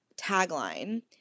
tagline